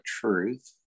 truth